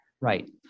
Right